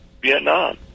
vietnam